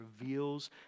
reveals